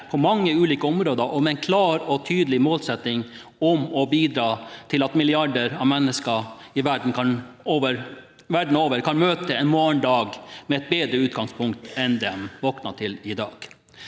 på mange ulike områder og med en klar og tydelig målsetting om å bidra til at milliarder av mennesker verden over kan møte en morgendag med et bedre utgangspunkt enn det de våknet til i dag.